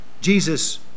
Jesus